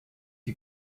die